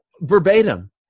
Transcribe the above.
verbatim